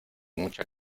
mucha